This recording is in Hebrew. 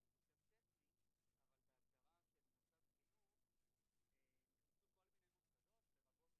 בתקנות אבל משרד העבודה ביקש אולי כן בכל זאת לחשוב להעלות לרמת